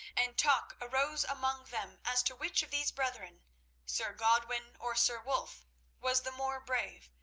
and talk arose among them as to which of these brethren sir godwin or sir wulf was the more brave,